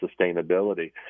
sustainability